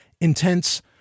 intense